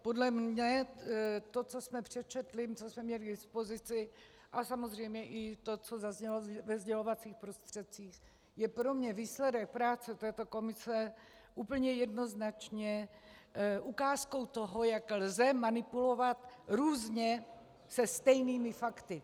Podle mne to, co jsme přečetli, co jsme měli k dispozici, a samozřejmě i to, co zaznělo ve sdělovacích prostředcích, je pro mě výsledek práce této komise úplně jednoznačně ukázkou toho, jak lze manipulovat různě se stejnými fakty.